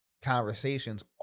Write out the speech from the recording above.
conversations